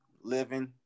living